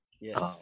Yes